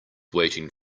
waiting